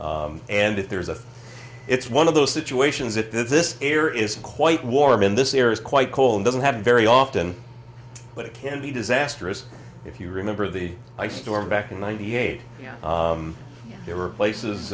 and if there's a it's one of those situations that this air is quite warm in this area quite cold doesn't happen very often but it can be disastrous if you remember the ice storm back in ninety eight there were places